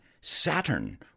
Saturn